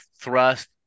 thrust